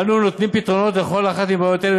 אנו נותנים פתרונות לכל אחת מבעיות אלה,